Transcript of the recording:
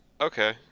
okay